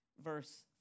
verse